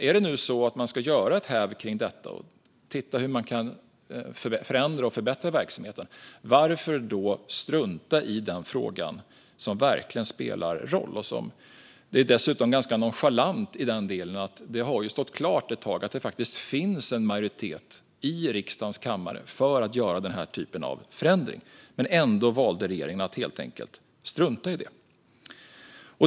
Om man ska titta på hur man kan förändra och förbättra verksamheten, varför då strunta i den fråga som verkligen spelar roll? Det är nonchalant eftersom det har stått klart att det faktiskt finns en majoritet i riksdagens kammare för att göra den typen av förändring. Ändå valde regeringen att helt enkelt strunta i det.